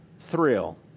thrill